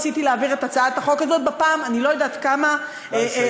ניסיתי להעביר את הצעת החוק הזאת בפעם האני-לא-יודעת-כמה בכנסת.